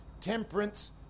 temperance